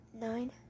nine